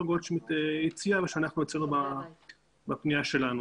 גולדשמיד ושאנחנו הצענו בפנייה שלנו.